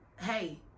hey